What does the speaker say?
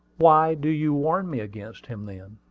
why do you warn me against him, then?